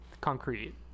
concrete